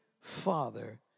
Father